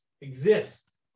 exist